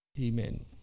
Amen